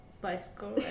bicycle